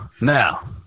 now